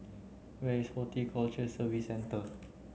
where is Horticulture Services Centre